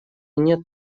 нет